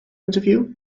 interview